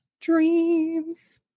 Dreams